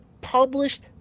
published